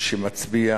שמצביע